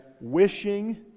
wishing